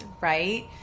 Right